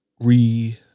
re